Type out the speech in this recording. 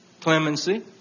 clemency